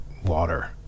Water